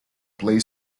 play